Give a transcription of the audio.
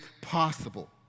possible